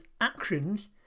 actions